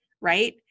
right